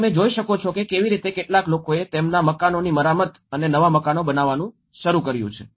તો તમે જોઈ શકો છો કે કેવી રીતે કેટલાક લોકોએ તેમના મકાનોની મરામત અને નવા મકાનો બનાવવાનું શરૂ કર્યું છે